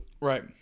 Right